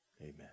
Amen